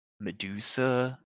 Medusa